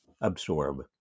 absorb